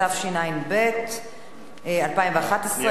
התשע"ב 2011,